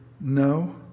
no